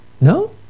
No